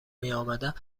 میامدند